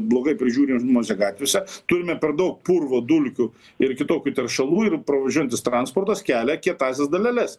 blogai prižiūrimose gatvėse turime per daug purvo dulkių ir kitokių teršalų ir pravažiuojantis transportas kelia kietąsias daleles